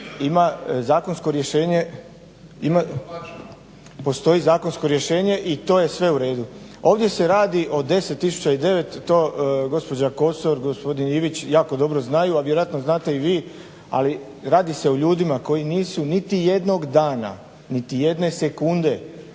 iz 2006. godine i postoji zakonsko rješenje i to je sve u redu. Ovdje se radi o 10009, to gospođa Kosor i gospodin Ivić jako dobro znaju, a vjerojatno znate i vi ali radi se o ljudima koji nisu niti jednog dana, niti jedne sekunde